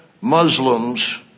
Muslims